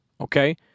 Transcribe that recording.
Okay